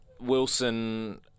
Wilson